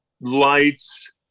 lights